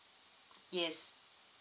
yes